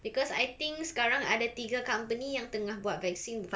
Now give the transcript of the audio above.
because I think sekarang ada tiga company yang tengah buat vaccine